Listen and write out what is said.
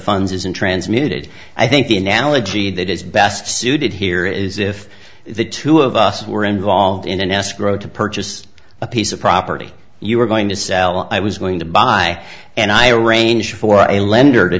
funds is in transmitted i think the analogy that is best suited here is if the two of us were involved in an escrow to purchased a piece of property you were going to sell i was going to buy and i arrange for a lender to